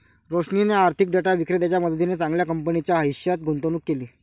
रोशनीने आर्थिक डेटा विक्रेत्याच्या मदतीने चांगल्या कंपनीच्या हिश्श्यात गुंतवणूक केली